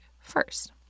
first